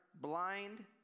blind